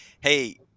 hey